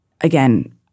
again